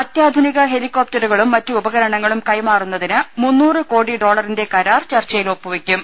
അത്യാധുനിക ഹെലികോപ്റ്ററുകളും മറ്റു ഉപകരണങ്ങളും കൈമാറുന്നതിന് മുന്നൂറ് കോടി ഡോളറിന്റെ കരാർ ചർച്ചയിൽ ഒപ്പുവെയ്ക്കും